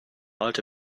alte